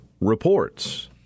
reports